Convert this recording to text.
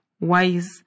wise